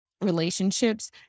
relationships